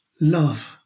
love